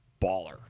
baller